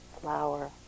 flower